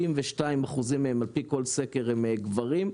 92% מהם על פי כל סקר הם גברים,